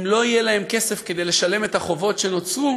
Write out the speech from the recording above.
אם לא יהיה להם כסף כדי לשלם את החובות שנוצרו,